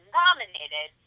nominated